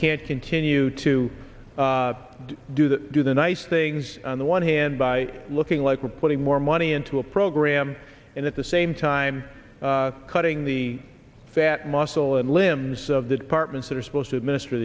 can't continue to do that do the nice things on the one hand by looking like we're putting more money into a program and at the same time cutting the fat muscle and limbs of the departments that are supposed to administer